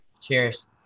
Cheers